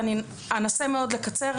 ואני אנסה מאוד לקצר,